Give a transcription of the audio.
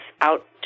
out